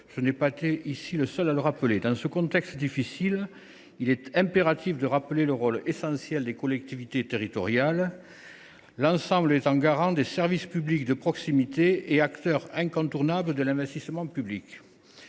ne suis pas le premier à le rappeler ! Dans ce contexte difficile, il est impératif de rappeler le rôle essentiel des collectivités, qui sont dans leur ensemble garantes des services publics de proximité et acteurs incontournables de l’investissement public.